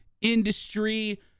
industry